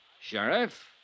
Sheriff